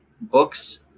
books